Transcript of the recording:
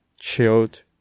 chilled